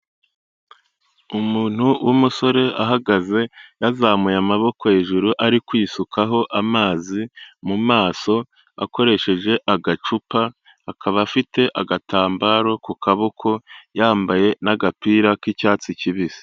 Umuntu w'umusore ahagaze yazamuye amaboko hejuru ari kwisukaho amazi mu maso akoresheje agacupa, akaba afite agatambaro ku kaboko yambaye n'agapira k'icyatsi kibisi.